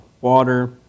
water